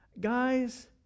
guys